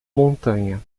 montanha